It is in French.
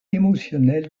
émotionnelle